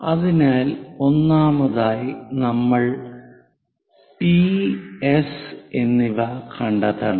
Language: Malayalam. അതിനാൽ ഒന്നാമതായി നമ്മൾ പി എസ് P S എന്നിവ കണ്ടെത്തണം